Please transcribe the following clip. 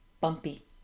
bumpy